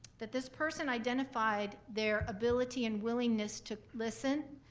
that this person identified their ability and willingness to listen,